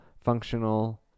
functional